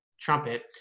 trumpet